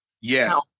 Yes